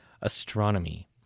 astronomy